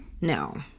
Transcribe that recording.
No